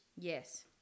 Yes